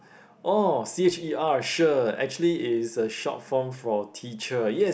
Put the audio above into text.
orh C H E R cher actually is a short form for teacher yes